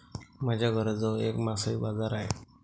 माझ्या घराजवळ एक मासळी बाजार आहे